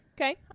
okay